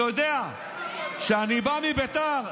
אתה יודע, כשאני בא מבית"ר,